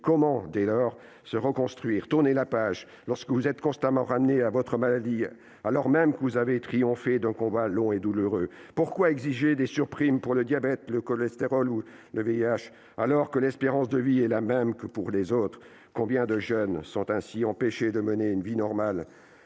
Comment, dès lors, se reconstruire et tourner la page si vous êtes constamment ramené à votre maladie, alors même que vous avez triomphé d'un combat long et douloureux ? Pourquoi exiger des surprimes pour le diabète, pour le cholestérol ou pour le VIH, alors que l'espérance de vie des personnes concernées est la même que pour les autres ? Combien de jeunes sont ainsi empêchés de mener une vie normale,